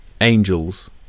angels